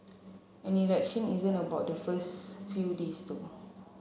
an election isn't about the first few days though